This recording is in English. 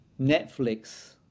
Netflix